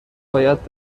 باید